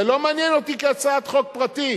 זה לא מעניין אותי כהצעת חוק פרטית,